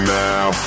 now